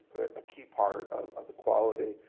a key part of the quality.